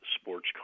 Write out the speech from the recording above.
sports